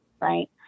right